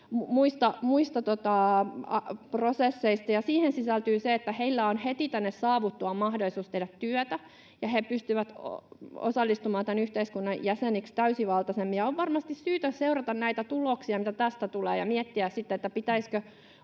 muista prosesseista. Siihen sisältyy se, että heillä on heti tänne saavuttuaan mahdollisuus tehdä työtä ja he pystyvät osallistumaan tämän yhteiskunnan jäseniksi täysivaltaisemmin. On varmasti syytä seurata näitä tuloksia, mitä tästä tulee, ja miettiä sitten, pitäisikö